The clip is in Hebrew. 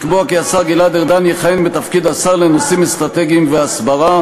לקבוע כי השר גלעד ארדן יכהן בתפקיד השר לנושאים אסטרטגיים והסברה,